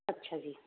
ਅੱਛਾ ਜੀ